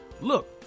Look